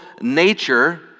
nature